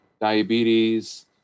diabetes